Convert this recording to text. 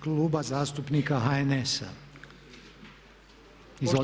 Kluba zastupnika HNS-a.